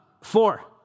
Four